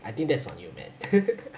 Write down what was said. I think that's on you